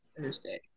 Thursday